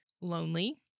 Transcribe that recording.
lonely